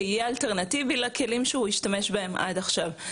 שיהיה אלטרנטיבי לכלים שהוא השתמש בהם עד עכשיו.